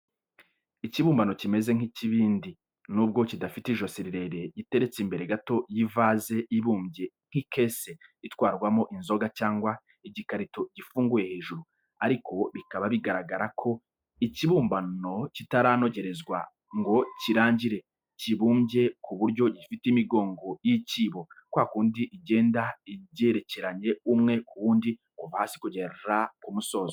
Ikibumbano kimeze nk'ikibindi, nubwo kidafite ijosi rirerire. Giteretse imbere gato y'ivaze ibumbye nk'ikese itwarwamo inzoga cyangwa igikarito gifunguye hejuru, ariko bikaba bigaragara ko ikibumbano kitaranogerezwa ngo kirangire, kibumbye ku buryo gifite imigongo y'icyibo, kwa kundi igenda igerekeranye umwe ku wundi, kuva hasi kugera ku musozo.